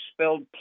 spelled